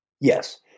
Yes